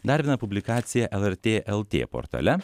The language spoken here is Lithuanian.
dar viena publikacija lrt lt portale